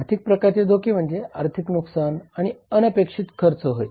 आर्थिक प्रकारचे धोके म्हणजे आर्थिक नुकसान आणि अनपेक्षित खर्च आहेत